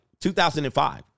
2005